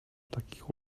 takich